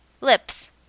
Lips